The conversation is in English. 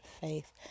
faith